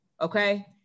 Okay